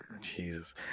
jesus